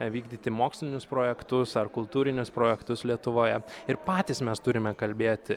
vykdyti mokslinius projektus ar kultūrinius projektus lietuvoje ir patys mes turime kalbėti